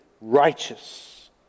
righteous